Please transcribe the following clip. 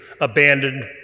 abandoned